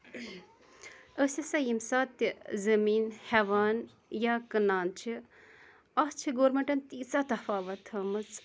أسۍ یا سا ییٚمہِ ساتہٕ تہِ زٔمیٖن ہیٚوان یا کٕنان چھِ اَتھ چھِ گورمیٚنٛٹَن تیٖژاہ تَفاوتھ تھٔومٕژ